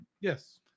Yes